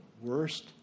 worst